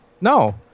No